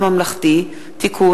חוק תאגידי מים וביוב (תיקון,